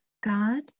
God